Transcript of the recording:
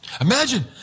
Imagine